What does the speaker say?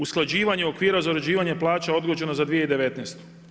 Usklađivanje okvira za uređivanje plaća odgođeno za 2019.